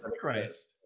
Christ